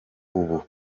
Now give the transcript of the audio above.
ubu